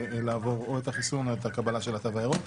לעבור או את החיסון או את הקבלה של התו הירוק.